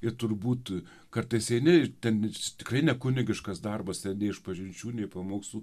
ir turbūt kartais eini ten tikrai nekunigiškas darbas sėdi išpažinčių nei pamokslų